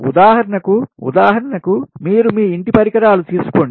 ఉదాహరణకు ఉదాహరణ కు మీరు మీ ఇంటి పరికరాలు తీసుకోండి